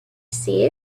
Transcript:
see